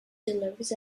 delivers